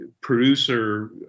producer